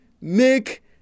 make